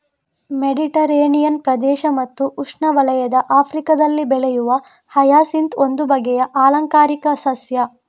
Mediterranean ಪ್ರದೇಶ ಮತ್ತು ಉಷ್ಣವಲಯದ ಆಫ್ರಿಕಾದಲ್ಲಿ ಬೆಳೆಯುವ ಹಯಸಿಂತ್ ಒಂದು ಬಗೆಯ ಆಲಂಕಾರಿಕ ಸಸ್ಯ